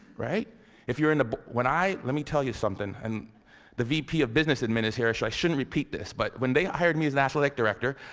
right if you're in the b. but when i, let me tell you something, and the vp of business adminis. here, i shouldn't repeat this, but when they hired me as an athletics director,